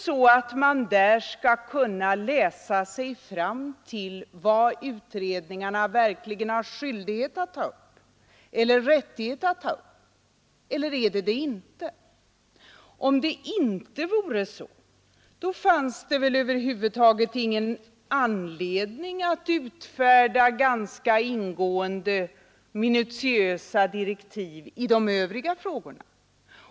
Skall man där kunna läsa sig fram till vad utredningarna verkligen har skyldighet att ta upp eller rättighet att ta upp, eller skall man inte kunna göra det? Om det inte vore så, fanns det väl ingen anledning att utfärda ibland ganska ingående, minutiösa direktiv i de olika frågorna.